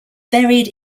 buried